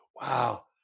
wow